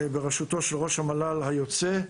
בראשותו של ראש המל"ל היוצא,